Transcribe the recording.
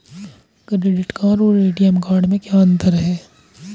Credit card और ATM card में क्या अंतर है?